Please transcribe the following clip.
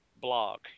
blog